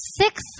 six